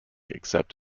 except